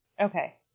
Okay